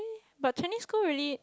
but Chinese school really